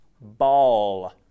ball